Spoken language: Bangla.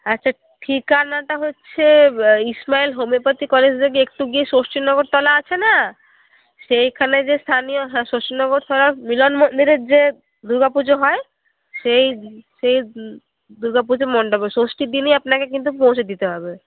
আচ্ছা ঠিকানাটা হচ্ছে ইসমাইল হোমিওপ্যাথি কলেজ থেকে একটু গিয়ে ষষ্ঠীনগরতলা আছে না সেখানে যে স্থানীয় হ্যাঁ ষষ্ঠীনগরতলার মিলন মন্দিরের যে দুর্গাপুজো হয় সেই সেই দুর্গাপুজো মণ্ডপে ষষ্ঠীর দিনই আপনাকে কিন্তু পৌঁছে দিতে হবে